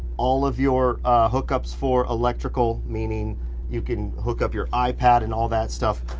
all of your hookups for electrical, meaning you can hook up your ipad and all that stuff